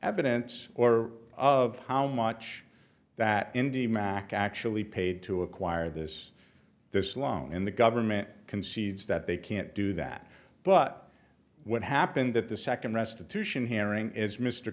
evidence or of how much that indy mac actually paid to acquire this this loan and the government concedes that they can't do that but what happened at the second restitution